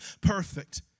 perfect